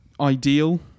ideal